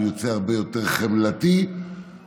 הוא יוצא הרבה יותר חמלתי ומקצועי,